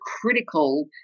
critical